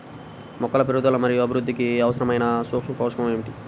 మొక్కల పెరుగుదల మరియు అభివృద్ధికి అవసరమైన సూక్ష్మ పోషకం ఏమిటి?